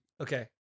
okay